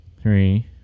three